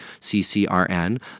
CCRN